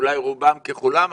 אולי רובם ככולם,